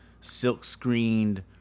silk-screened